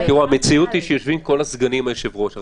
המציאות היא שיושבים כל הסגנים עם היושב-ראש,